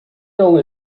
only